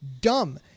Dumb